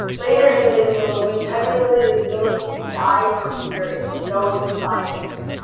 later in the disney movie tiger lily is willing to die for peter in stoic silence.